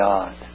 God